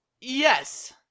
Yes